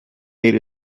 made